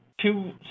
two